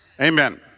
Amen